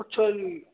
ਅੱਛਾ ਜੀ